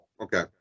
okay